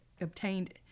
obtained